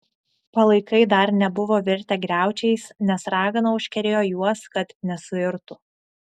palaikai dar nebuvo virtę griaučiais nes ragana užkerėjo juos kad nesuirtų